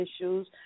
issues